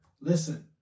listen